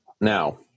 Now